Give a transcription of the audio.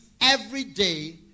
everyday